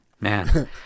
Man